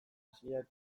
hasiak